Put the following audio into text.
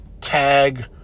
tag